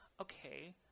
okay